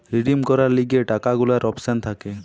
redeem করার লিগে টাকা গুলার অপশন থাকে